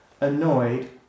annoyed